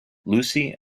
lucy